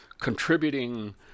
contributing